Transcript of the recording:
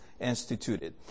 instituted